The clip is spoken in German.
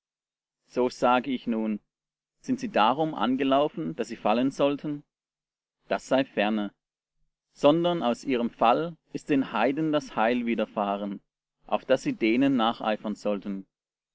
so sage ich nun sind sie darum angelaufen daß sie fallen sollten das sei ferne sondern aus ihrem fall ist den heiden das heil widerfahren auf daß sie denen nacheifern sollten